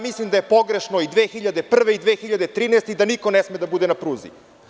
Mislim da je pogrešno i 2013. i 2001. godine, da niko ne sme da bude na pruzi.